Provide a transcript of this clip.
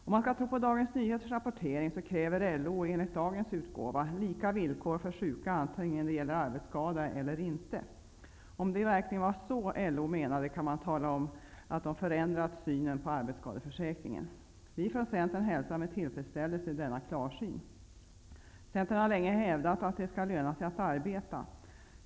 Om man skall tro på Dagens Nyheters rapportering så kräver LO, enligt dagens utgåva, lika villkor för sjuka oavsett om det gäller arbetsskada eller inte. Om det verkligen var så LO menade kan man tala om en förändrad syn på arbetsskadeförsäkringen. Vi från Centern hälsar med tillfredsställelse denna klarsyn. Centern har länge hävdat att det skall löna sig att arbeta.